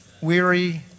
Weary